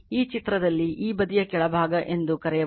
ಈ ಚಿತ್ರದಲ್ಲಿ ಈ ಬದಿಯ ಕೆಳಭಾಗ ಎಂದು ಕರೆಯಬಹುದು